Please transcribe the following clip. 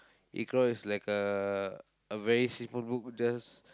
Iqro is like a a very simple book just